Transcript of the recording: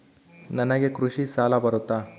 ನನಗೆ ಕೃಷಿ ಸಾಲ ಬರುತ್ತಾ?